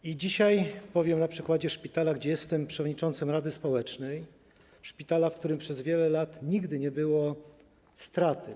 I dzisiaj powiem o przykładzie szpitala, w którym jestem przewodniczącym rady społecznej, szpitala, w którym przez wiele lat nigdy nie było straty.